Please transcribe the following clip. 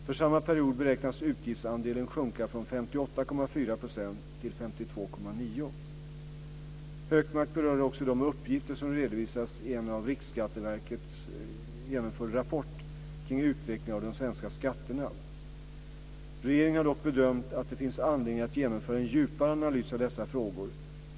För samma period beräknas utgiftsandelen sjunka från 58,4 % till 52,9 %. Hökmark berör också de uppgifter som redovisats i en Riksskatteverket genomförd rapport kring utvecklingen av de svenska skatterna. Regeringen har dock bedömt att det finns anledning att genomföra en djupare analys av dessa frågor.